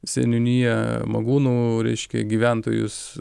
seniūniją magūnų reiškia gyventojus